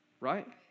Right